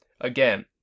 Again